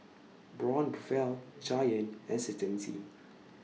Braun Buffel Giant and Certainty